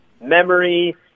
memory